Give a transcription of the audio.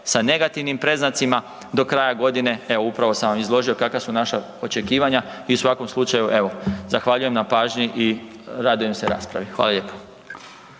sa negativnim predznacima, do kraja godine, evo upravo sam vam izložio kakva su naša očekivanja i u svakom slučaju evo zahvaljujem na pažnji i radujem se raspravi. Hvala lijepo.